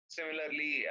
Similarly